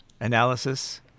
analysis